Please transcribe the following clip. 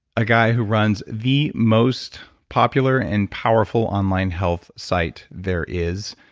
a guy who runs the most popular and powerful online health site there is.